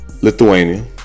Lithuania